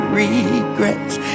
regrets